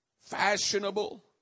fashionable